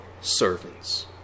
servants